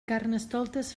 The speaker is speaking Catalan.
carnestoltes